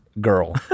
girl